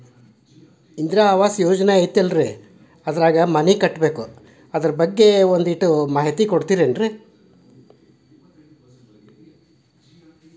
ಇಂದಿರಾ ಆವಾಸ ಯೋಜನೆ ಐತೇಲ್ರಿ ಅದ್ರಾಗ ಮನಿ ಕಟ್ಬೇಕು ಅದರ ಬಗ್ಗೆ ಒಸಿ ಮಾಹಿತಿ ಕೊಡ್ತೇರೆನ್ರಿ?